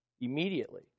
immediately